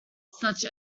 such